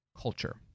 culture